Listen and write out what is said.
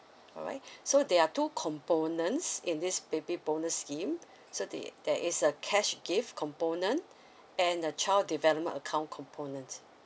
all right so there are two components in this baby bonus scheme so there there is a cash gift component and the child development account component